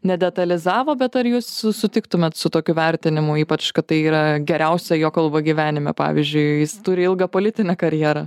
nedetalizavo bet ar jūs su sutiktumėt su tokiu vertinimu ypač kad tai yra geriausia jo kalba gyvenime pavyzdžiui jis turi ilgą politinę karjerą